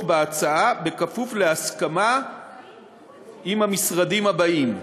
בהצעה כפוף להסכמה עם המשרדים הבאים: